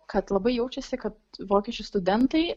kad labai jaučiasi kad vokiečių studentai